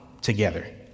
together